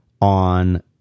on